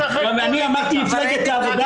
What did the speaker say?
אני אמרתי מפלגת העבודה?